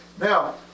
Now